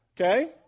Okay